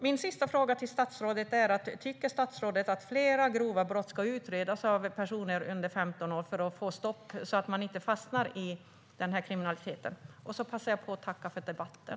Min sista fråga till statsrådet är: Tycker statsrådet att man bör utreda fler grova brott utförda av personer under 15 år för att få ett stopp, så att de unga lagöverträdarna inte fastnar i den här kriminaliteten? Jag vill också passa på att tacka för debatten.